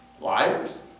liars